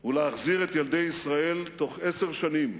הוא להחזיר את ילדי ישראל בתוך עשר שנים